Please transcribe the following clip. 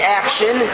action